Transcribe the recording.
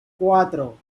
cuatro